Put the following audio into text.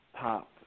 pop